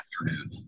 afternoon